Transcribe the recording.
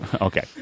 Okay